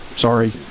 Sorry